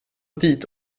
dit